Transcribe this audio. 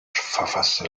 verfasste